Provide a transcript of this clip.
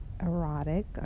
erotic